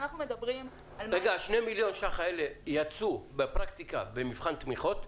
שני מיליון השקלים האלה יצאו בפרקטיקה במבחן תמיכות?